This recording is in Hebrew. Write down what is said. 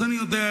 אז אני יודע,